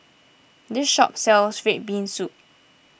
this shop sells Red Bean Soup